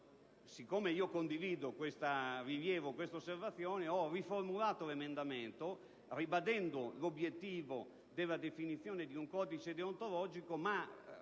Siccome condivido questa osservazione ho riformulato l'emendamento, ribadendo l'obiettivo della definizione di un codice deontologico